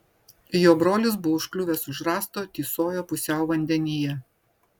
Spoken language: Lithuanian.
jo brolis buvo užkliuvęs už rąsto tysojo pusiau vandenyje